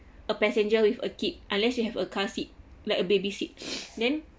a passenger with a kid unless you have a car seat like a baby seat then